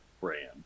brand